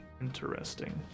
Interesting